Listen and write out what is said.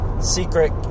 secret